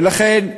ולכן,